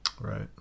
right